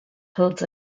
holds